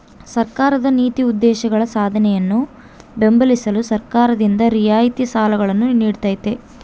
ಸರ್ಕಾರದ ನೀತಿ ಉದ್ದೇಶಗಳ ಸಾಧನೆಯನ್ನು ಬೆಂಬಲಿಸಲು ಸರ್ಕಾರದಿಂದ ರಿಯಾಯಿತಿ ಸಾಲಗಳನ್ನು ನೀಡ್ತೈತಿ